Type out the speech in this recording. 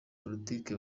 politiki